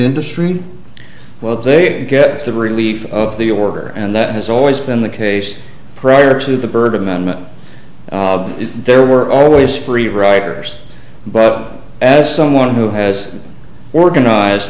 industry well they get the relief of the order and that has always been the case prior to the bird amendment there were always free riders but as someone who has organized